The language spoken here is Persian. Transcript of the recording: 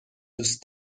دوست